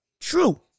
true